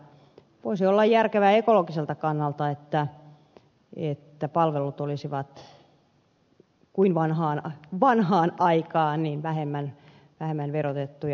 voisi olla järkevää ekologiselta kannalta että palvelut olisivat kuin vanhaan aikaan vähemmän verotettuja